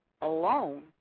alone